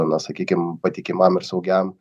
na sakykim patikimam ir saugiam